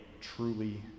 truly